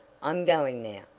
i'm going now.